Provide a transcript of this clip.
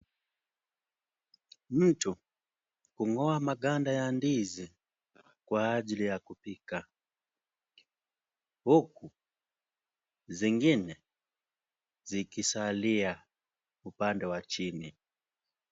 Mtu hung'oa maganda ya ndizi kwa ajili ya kupika huku zingine zikisalia upande wa chini.